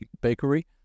bakery